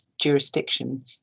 jurisdiction